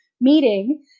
meeting